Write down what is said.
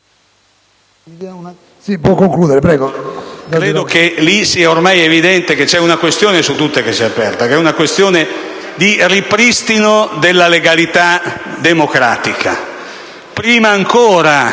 Credo che lì sia ormai evidente che c'è una questione su tutte che si è aperta: la questione di ripristino della legalità democratica. Prima ancora